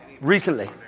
recently